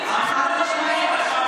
חד-משמעית.